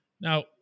Now